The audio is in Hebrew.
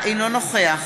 אינו נוכח